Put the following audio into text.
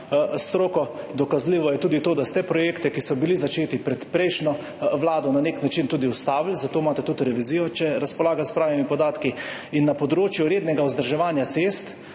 stroko. Dokazljivo je tudi to, da ste projekte, ki so bili začeti pod prejšnjo vlado, na nek način ustavili, zato imate tudi revizijo, če razpolagam s pravimi podatki. Na področju rednega vzdrževanja cest